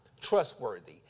trustworthy